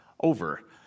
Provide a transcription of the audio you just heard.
over